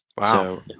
Wow